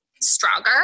stronger